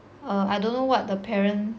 err I don't know what the parent